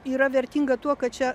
yra vertinga tuo kad čia